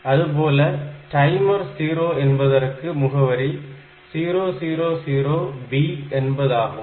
அதுபோல டைமர் 0 என்பதற்கு முகவரி 000B என்பதாகும்